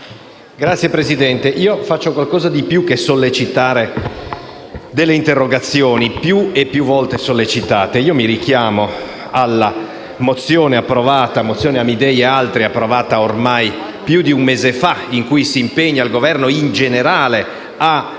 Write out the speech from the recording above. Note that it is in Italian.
Signor Presidente, io faccio qualcosa di più che sollecitare delle interrogazioni più e più volte sollecitate. Io richiamo la mozione Amidei e altri, approvata ormai più di un mese fa, con cui il Governo in generale